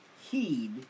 heed